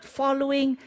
following